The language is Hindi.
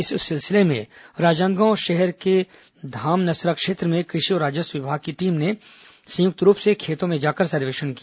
इस सिलसिले में राजनांदगांव शहर के धामनसरा क्षेत्र में कृषि और राजस्व विभाग की टीम ने संयुक्त रूप से खेतों में जाकर सर्वे किया